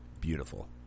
beautiful